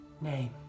name